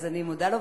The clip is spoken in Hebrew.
אז אני מודה לו.